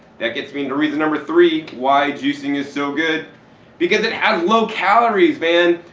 that gets me and to reason number three, why juicing is so good because it has low calories man.